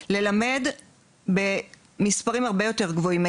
אפשר ללמד במספרים הרבה יותר גבוהים.